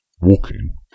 walking